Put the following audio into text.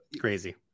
Crazy